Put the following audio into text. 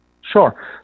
sure